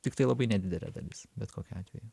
tiktai labai nedidelė dalis bet kokiu atveju